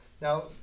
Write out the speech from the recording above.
Now